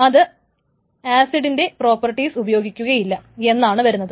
അത് ACID ന്റെ properties ഉപയോഗിക്കുകയില്ല എന്നാണ് വരുന്നത്